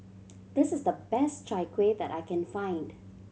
this is the best Chai Kuih that I can find